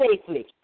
safely